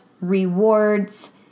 rewards